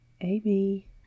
Amy